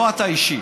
לא אתה אישית,